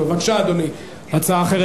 בבקשה, אדוני, הצעה אחרת.